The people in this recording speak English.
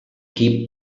keep